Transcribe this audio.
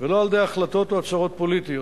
ולא על-ידי החלטות או הצהרות פוליטיות.